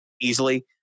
easily